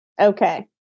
Okay